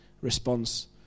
response